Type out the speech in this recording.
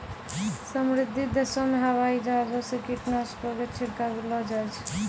समृद्ध देशो मे हवाई जहाजो से कीटनाशको के छिड़कबैलो जाय छै